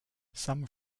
some